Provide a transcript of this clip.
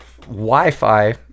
wi-fi